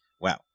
Wow